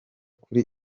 kuri